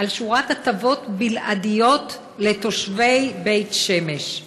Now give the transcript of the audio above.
על שורת הטבות בלעדיות לתושבי בית שמש,